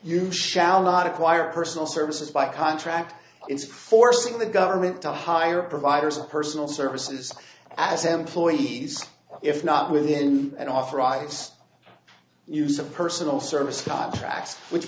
you shall not acquire personal services by contract it's forcing the government to hire providers of personal services as employees if not within an off rights use of personal service contracts which